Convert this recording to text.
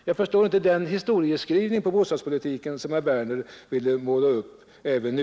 Jag förstår inte den historieskrivning i fråga om bostadspolitiken som herr Werner ville göra även nu.